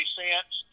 cents